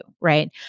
right